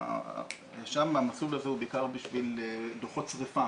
שם המסלול הזה הוא בעיקר בשביל דוחות שריפה